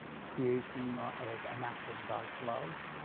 creation as an act of god's love,